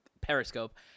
Periscope